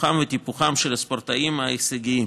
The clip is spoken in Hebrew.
פיתוחם וטיפוחם של הספורטאים ההישגיים,